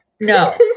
no